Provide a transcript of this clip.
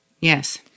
Yes